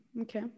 Okay